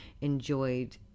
Enjoyed